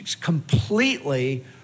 completely